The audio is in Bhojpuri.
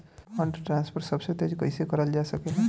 फंडट्रांसफर सबसे तेज कइसे करल जा सकेला?